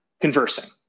conversing